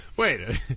Wait